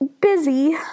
busy